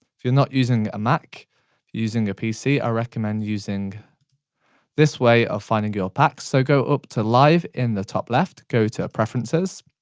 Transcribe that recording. if you're not using a mac, you're using a pc, i recommend using this way of finding your packs, so go up to live in the top left, go to preferences,